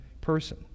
person